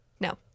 No